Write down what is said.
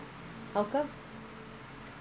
parents pay for them then